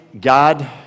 God